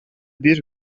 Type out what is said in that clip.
bir